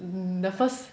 mm the first